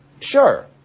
Sure